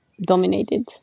dominated